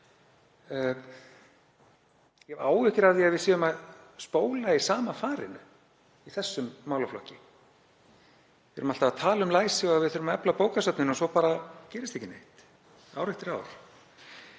af því að við séum að spóla í sama farinu í þessum málaflokki. Við erum alltaf að talað um læsi og að við þurfum að efla bókasöfnin og svo bara gerist ekki neitt ár eftir ár.